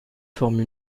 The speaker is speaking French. forment